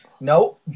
No